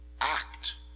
act